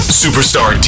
superstar